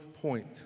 point